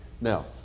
Now